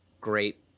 great